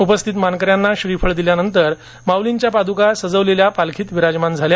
उपस्थित मानकऱ्यांना श्रीफळ दिल्यानंतर माउलींच्या पादुका सजवलेल्या पालखीत विराजमान झाल्या